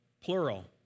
plural